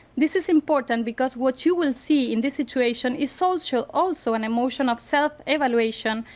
this is important because what you will see in this situation is social also an emotional self-evaluation,